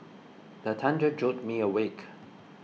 the thunder jolt me awake